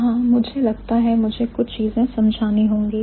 यहां मुझे लगता है मुझे कुछ चीजें समझानी होंगी